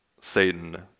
Satan